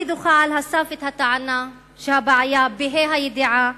אני דוחה על הסף את הטענה שהבעיה, בה"א הידיעה,